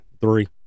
three